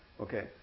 Okay